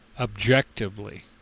objectively